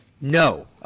No